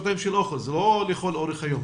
זה לא לכל אורך היום.